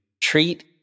treat